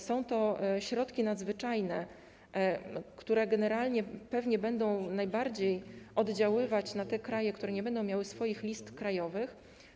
Są to środki nadzwyczajne, które generalnie będą pewnie najbardziej oddziaływać na te kraje, które nie będą miały swoich list krajowych.